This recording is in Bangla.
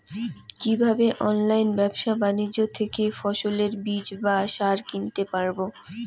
কীভাবে অনলাইন ব্যাবসা বাণিজ্য থেকে ফসলের বীজ বা সার কিনতে পারবো?